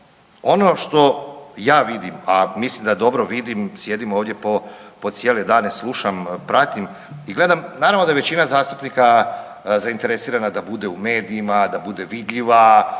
Ono što ja vidim, a mislim da dobro vidim sjedim ovdje po cijele dane slušam, pratim i gledam, naravno da je većina zastupnika zainteresirana da bude u medijima, da bude vidljiva.